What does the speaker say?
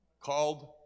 called